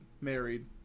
married